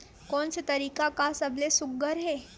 कोन से तरीका का सबले सुघ्घर हे?